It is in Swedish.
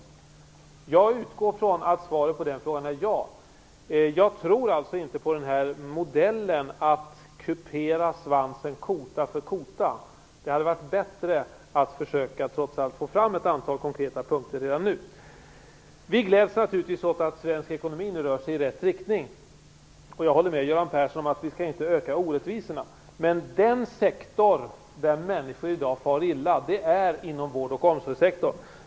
Jag utgår från att svaret på den frågan är ja. Jag tror alltså inte på modellen att kupera svansen kota för kota. Det hade varit bättre att trots allt försöka få fram ett antal konkreta punkter redan nu. Vi gläds naturligtvis åt att svensk ekonomi nu rör sig i rätt riktning, och jag håller med Göran Persson om att vi inte skall öka orättvisorna. Men den sektor där människor far illa i dag är vård och omsorgsektorn.